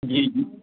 जी जी